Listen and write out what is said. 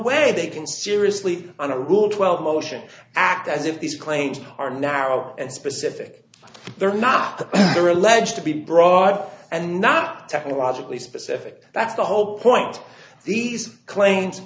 way they can seriously on a rule twelve motion act as if these claims are narrow and specific they're not that they're alleged to be broad and not technologically specific that's the whole point of these claims